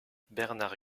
bernard